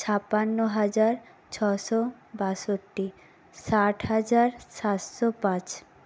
ছাপান্ন হাজার ছশো বাষট্টি ষাট হাজার সাতশো পাঁচ